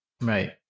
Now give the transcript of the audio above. Right